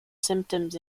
symptoms